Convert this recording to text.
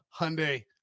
Hyundai